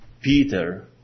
Peter